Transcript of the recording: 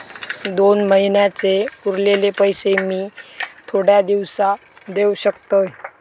दोन महिन्यांचे उरलेले पैशे मी थोड्या दिवसा देव शकतय?